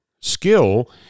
Skill